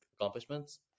accomplishments